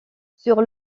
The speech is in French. sur